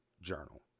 journal